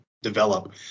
develop